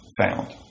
found